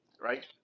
Right